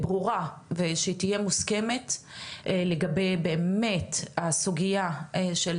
ברורה ושתהיה מוסכמת לגבי באמת הסוגיה של